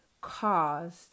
caused